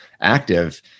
active